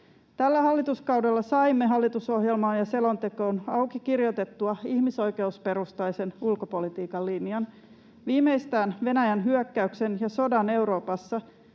Tällä hallituskaudella saimme hallitusohjelmaan ja selontekoon kirjoitettua auki ihmisoikeusperustaisen ulkopolitiikan linjan. Viimeistään Venäjän hyökkäyksen ja sodan Euroopassa